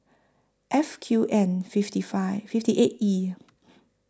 F Q N fifty five fifty eight E